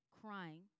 crying